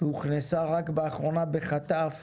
והוכנסה רק באחרונה בחטף